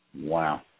Wow